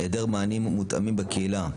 היעדר מענים שמותאמים בקהילה,